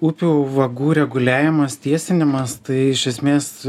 upių vagų reguliavimas tiesinimas tai iš esmės